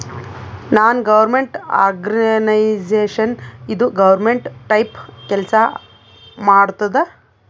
ನಾನ್ government organisation ಇದು government type ಕೆಲ್ಸಾ ಮಾಡತ್ತುದ್